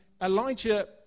Elijah